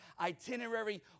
itinerary